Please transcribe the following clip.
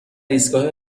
ایستگاه